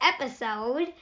episode